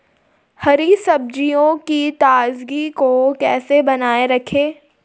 हरी सब्जियों की ताजगी को कैसे बनाये रखें?